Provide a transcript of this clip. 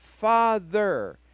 Father